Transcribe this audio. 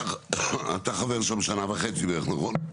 אתה חבר שם שנה וחצי בערך, נכון?